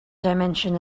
dimension